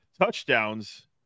touchdowns